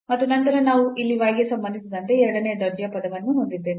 ಮತ್ತು ನಂತರ ನಾವು ಇಲ್ಲಿ y ಗೆ ಸಂಬಂಧಿಸಿದಂತೆ ಎರಡನೇ ದರ್ಜೆಯ ಪದವನ್ನು ಹೊಂದಿದ್ದೇವೆ